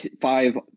five